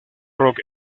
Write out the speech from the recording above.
rock